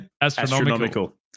astronomical